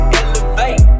elevate